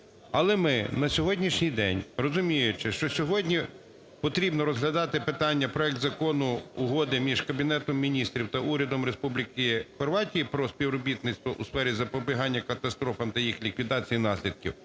Але ми на сьогоднішній день, розуміючи, що сьогодні потрібно розглядати питання - проект Закону Угоди між Кабінетом Міністрів та Урядом Республіки Хорватії про співробітництво у сфері запобігання катастрофам та їх ліквідації і наслідків